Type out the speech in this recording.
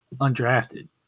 undrafted